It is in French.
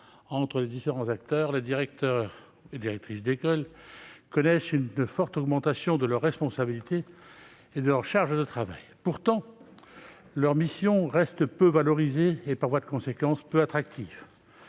entre les différents acteurs, les directeurs d'école connaissent une forte augmentation de leurs responsabilités et de leur charge de travail. Pourtant, leur mission reste peu valorisée et, par voie de conséquence, peu attractive.